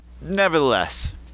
Nevertheless